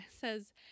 says